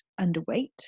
underweight